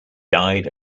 died